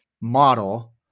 model